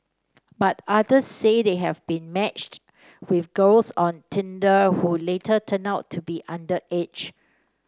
but others say they have been matched with girls on Tinder who later turned out to be underage